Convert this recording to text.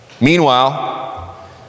Meanwhile